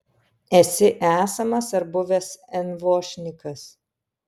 esi esamas ar buvęs envošnikas